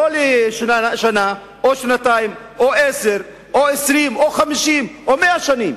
לא לשנה או שנתיים או עשר או 20 או 50 או 100 שנים.